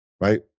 right